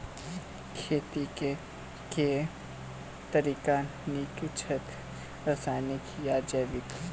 खेती केँ के तरीका नीक छथि, रासायनिक या जैविक?